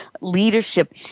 leadership